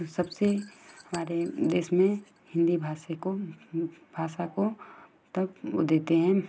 सबसे हमारे देस में हिंदी भाषी को भाषा को तब देते हैं